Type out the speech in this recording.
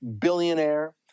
billionaire